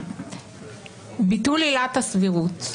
ביטול עילת הסבירות,